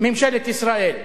ממשלת ישראל.